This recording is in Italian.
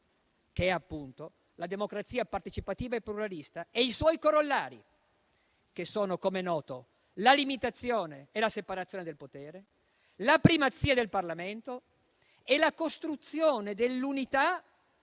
che è appunto la democrazia partecipativa e pluralista e i suoi corollari, che sono - come è noto - la limitazione e la separazione del potere, la primazia del Parlamento e la costruzione dell'unità,